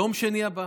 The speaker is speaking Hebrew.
ביום שני הבא